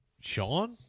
sean